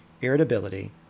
irritability